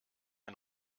ein